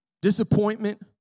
disappointment